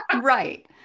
right